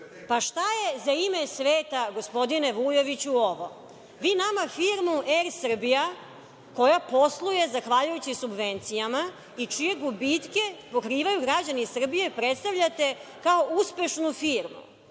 je za ime sveta gospodine Vujoviću ovo? Vi nama firmu „Er Srbija“ koja posluje zahvaljujući subvencijama i čije gubitke pokrivaju građani Srbije predstavljate kao uspešnu firmu